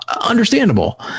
understandable